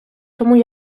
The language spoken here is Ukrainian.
тому